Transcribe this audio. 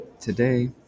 Today